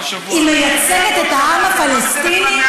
היא מייצגת את העם הפלסטיני?